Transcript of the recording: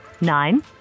Nine